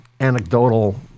anecdotal